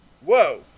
Whoa